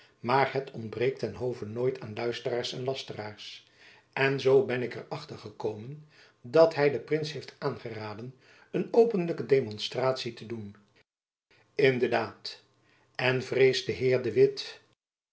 maar het ontbreekt ten hove nooit aan luisteraars en lasteraars en zoo ben ik er achter gekomen dat hy den prins heeft aangeraden een openlijke demonstratie te doen in de daad en vreest de heer de witt